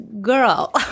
girl